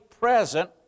present